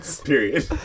Period